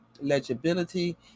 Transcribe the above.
legibility